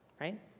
right